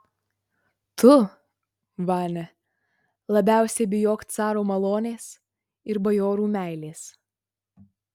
tu vania labiausiai bijok caro malonės ir bajorų meilės